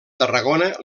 tarragona